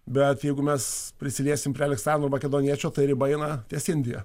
bet jeigu mes prisiliesim prie aleksandro makedoniečio tai riba eina ties indija